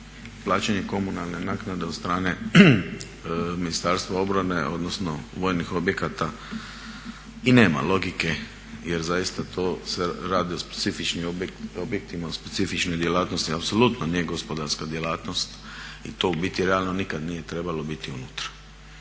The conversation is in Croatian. plaćanje komunalne naknade od strane Ministarstva obrane, odnosno vojnih objekata i nema logike, jer zaista to se radi o specifičnim objektima, specifičnoj djelatnostima. Apsolutno nije gospodarska djelatnost i to u biti realno nikad nije trebalo biti unutra.